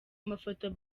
mafoto